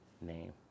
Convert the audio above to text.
name